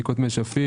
בדיקות מי שפיר,